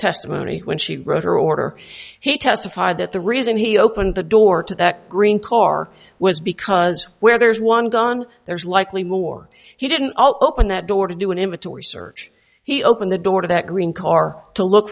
testimony when she wrote her order he testified that the reason he opened the door to that green car was because where there's one gun there's likely more he didn't open that door to do an inventory search he opened the door to that green car to look